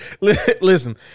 Listen